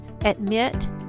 admit